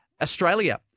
Australia